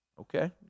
Okay